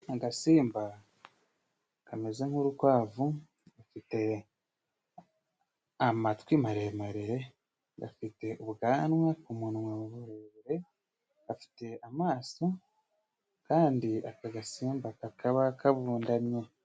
Agasimba kameze nk'urukwavu rufite amatwi maremare， gafite ubwanwa ku munwa burebure， gafite amaso kandi aka gasimba kakaba kabundamye.